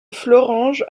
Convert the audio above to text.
fleuranges